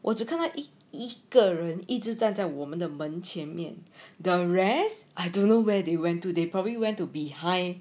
我只看到一个人一直站在我们的们前面 the rest I don't know where they went to they probably went to behind